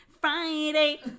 Friday